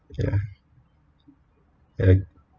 ya